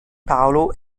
paolo